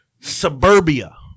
suburbia